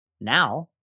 Now